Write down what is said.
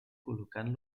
col·locant